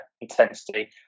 intensity